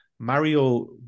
Mario